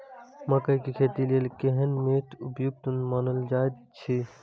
मकैय के खेती के लेल केहन मैट उपयुक्त मानल जाति अछि?